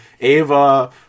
Ava